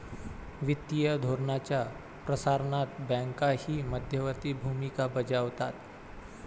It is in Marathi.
वित्तीय धोरणाच्या प्रसारणात बँकाही मध्यवर्ती भूमिका बजावतात